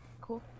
cool